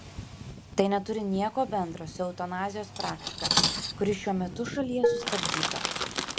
tai neturi nieko bendro su eutanazijos praktika kuri šiuo metu šalyje sustabdyta